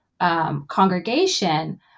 congregation